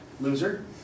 Loser